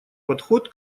подход